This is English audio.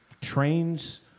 trains